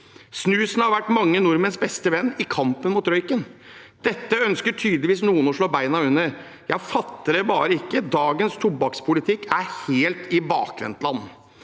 Snusen har vært mange nordmenns beste venn i kampen mot røyken. Dette ønsker tydeligvis noen å slå beina under. Jeg fatter det bare ikke! Dagens tobakkspolitikk er helt i bakvendtland.